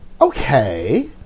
Okay